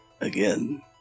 Again